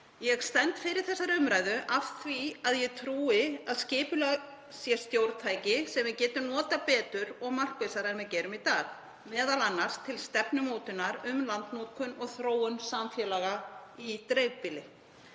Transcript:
Ég stend fyrir þessari umræðu af því að ég trúi að skipulag sé stjórntæki sem við getum notað betur og markvissara en við gerum í dag, m.a. til stefnumótunar um landnotkun og þróun samfélaga í dreifbýli.